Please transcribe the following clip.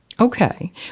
Okay